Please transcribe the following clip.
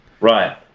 Right